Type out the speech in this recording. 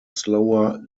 slower